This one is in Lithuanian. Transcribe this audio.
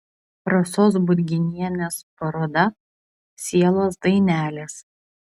rasos budginienės paroda sielos dainelės